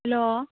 hello